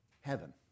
heaven